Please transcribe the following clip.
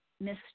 Miss